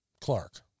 Clark